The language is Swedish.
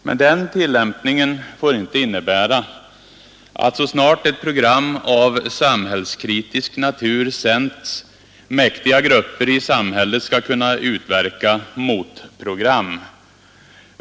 Men den tillämpningen får inte innebära att så snart ett program av samhällskritisk natur sänts, mäktiga grupper i samhället skall kunna utverka ”motprogram”.